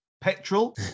petrol